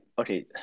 okay